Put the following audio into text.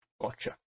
Gotcha